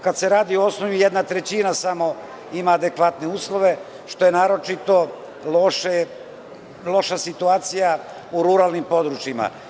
Kada se radi o osnovnim, samo jedna trećina ima adekvatne uslove, što je naročito loša situacija u ruralnim područjima.